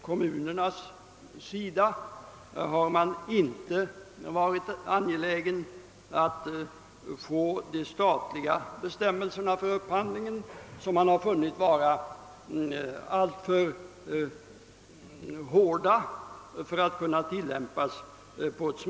Kommunerna har inte varit angelägna om att få de statliga bestämmelserna för upphandling, som de funnit vara alltför hårda för att smidigt kunna tilllämpas i kommunerna.